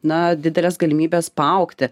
na dideles galimybes paaugti